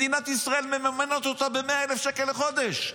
מדינת ישראל מממנת אותה ב-100,000 שקל לחודש,